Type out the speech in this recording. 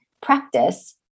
practice